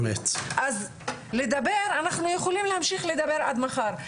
אז לדבר אנחנו יכולים להמשיך לדבר עד מחר.